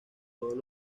todos